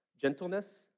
gentleness